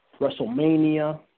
WrestleMania